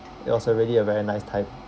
it was a really a very nice time